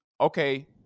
okay